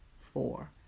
four